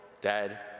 dad